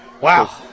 Wow